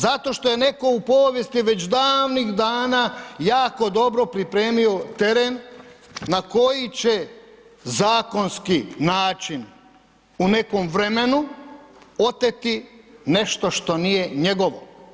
Zato što je netko u povijesti već davnih dana jako dobro pripremio teren na koji će zakonski način u nekom vremenu oteti nešto što nije njegovo.